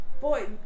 boy